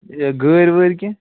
یہِ گٲرۍ وٲر کیٚنٛہہ